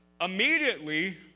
immediately